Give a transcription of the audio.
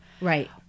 Right